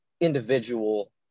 individual